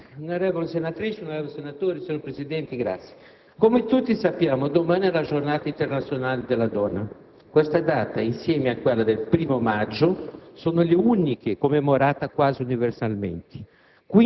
come tutti sappiamo, domani è la Giornata internazionale della donna. Questa data e quella del 1° maggio sono le uniche commemorate quasi universalmente,